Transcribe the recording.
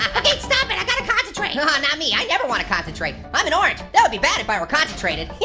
ah okay, stop it. i gotta concentrate. oh, not me! i never wanna concentrate! i'm an orange! that would be bad if i were concentrated! yeah